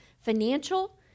financial